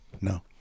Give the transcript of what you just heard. No